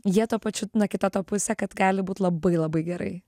jie tuo pačiu na kita to pusė kad gali būt labai labai gerai